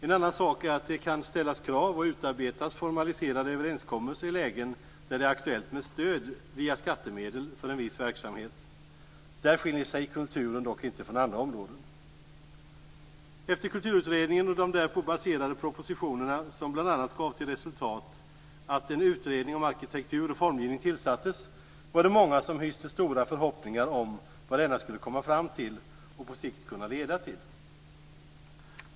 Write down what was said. En annan sak är att det kan ställas krav och utarbetas formaliserade överenskommelser i lägen där det är aktuellt med stöd via skattemedel för en viss verksamhet. Där skiljer sig inte kulturen från andra områden. Efter Kulturutredningen och de därpå baserade propositionerna, som bl.a. gav till resultat att en utredning om arkitektur och formgivning tillsattes, var det många som hyste stora förhoppningar om vad denna skulle komma fram till och på sikt kunna leda till.